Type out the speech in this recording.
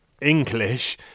English